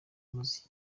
umuziki